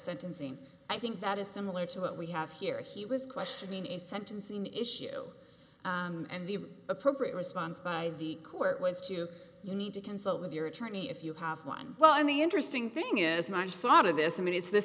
sentencing i think that is similar to what we have here he was questioning a sentencing issue and the appropriate response by the court was to you need to consult with your attorney if you have one well i mean interesting thing is much sought of this i mean it's the